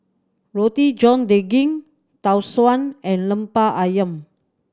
Roti John Daging Tau Suan and Lemper Ayam